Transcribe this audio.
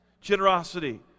generosity